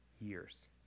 years